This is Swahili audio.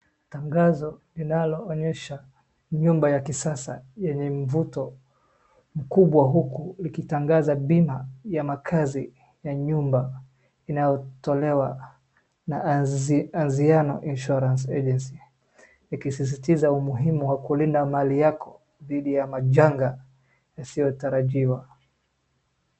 Tangazo linaloonyesha nyumba ya kisasa yenye mvuto mkubwa huku likitangaza bima ya makazi ya nyumba inayotolewa na Anziano Insurance Agency, ikisisitiza umuhimu wa kulinda mali yako dhidi ya majanga yasiyotarajiwa.